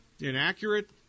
inaccurate